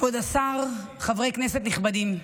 כבוד השר, חברי כנסת נכבדים,